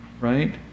right